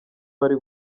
bari